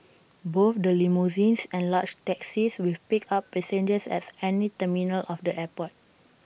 both the limousines and large taxis will pick up passengers at any terminal of the airport